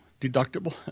deductible